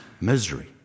misery